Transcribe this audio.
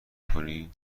کنی